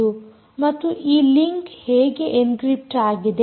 ಮತ್ತು ಈ ಲಿಂಕ್ ಹೇಗೆ ಎನ್ಕ್ರಿಪ್ಟ್ ಆಗಿದೆ